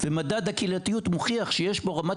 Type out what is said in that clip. ומדד הקהילתיות מוכיח שיש פה רמת